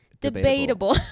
debatable